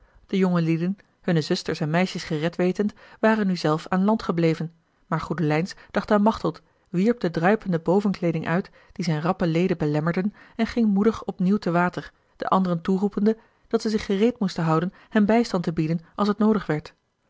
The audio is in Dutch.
de jongelieden hunne zusters en meisjes gered wetend waren nu zelf aan land gebleven maar goedelijns dacht aan machteld wierp de druipende bovenkleeding uit die zijne rappe leden belemmerden en ging moedig opnieuw te water de anderen toeroepende dat zij zich gereed moesten houden hem bijstand te bieden als het noodig werd